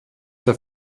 der